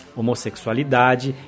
homossexualidade